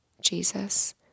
Jesus